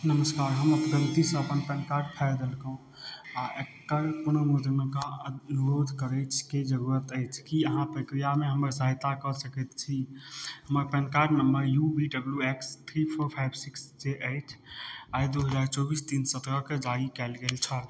नमस्कार हम गलतीसँ अपन पैन कार्ड फाड़ि देलकौ आ एकर पुनर्मुद्रणक अनुरोध करयके जरूरत अछि की अहाँ प्रक्रियामे हमर सहायता कऽ सकैत छी हमर PAN card number U V W X three four five six जे अछि आ ई दू हजार चौबीस तीन सतरहके जारी कएल गेल छल